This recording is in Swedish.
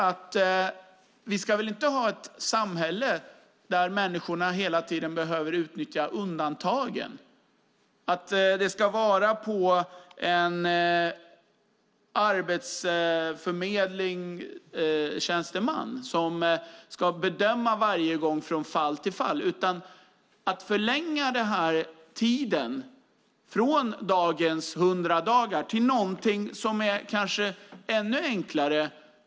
Men vi ska väl inte ha ett samhälle där människorna hela tiden behöver utnyttja undantagen, där en arbetsförmedlingstjänsteman ska bedöma från fall till fall. I stället ska vi väl förlänga tiden från i dag 100 dagar och ha något som kanske är enklare.